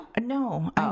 No